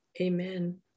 Amen